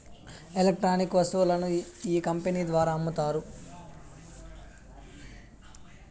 electronic వస్తువులను ఈ company ద్వారా అమ్ముతారు